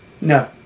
No